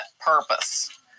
purpose